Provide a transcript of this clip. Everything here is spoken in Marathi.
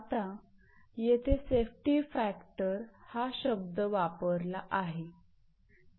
आता येथे सेफ्टी फॅक्टर हा शब्द वापरला आहे